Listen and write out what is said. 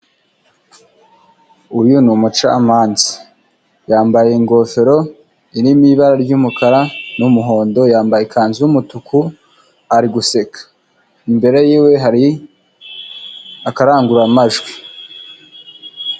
Uyu ni umucamanza yambaye ingofero irimo ibara ry'umukara n'umuhondo, yambaye ikanzu y'umutuku ari guseka. Imbere y'iwe hari akarangururamajwi.